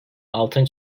altın